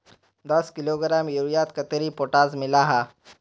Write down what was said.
दस किलोग्राम यूरियात कतेरी पोटास मिला हाँ?